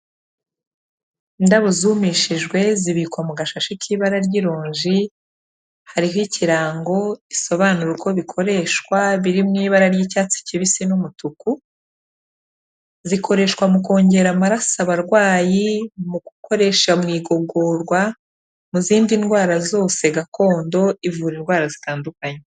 Indabo zumishijwe zibikwa mu gashashi k'ibara ry'ironji, hariho ikirango gisobanura uko bikoreshwa biri mu ibara ry'icyatsi kibisi n'umutuku, zikoreshwa mu kongera amaraso abarwayi, mu gukoresha mu igogorwa, mu zindi ndwara zose gakondo ivura indwara zitandukanye.